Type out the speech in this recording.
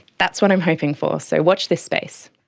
that's what i'm hoping for, so watch this space.